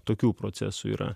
tokių procesų yra